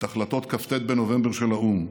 את החלטות כ"ט בנובמבר של האו"ם,